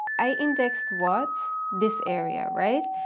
i indexed what? this area, right?